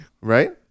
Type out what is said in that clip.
Right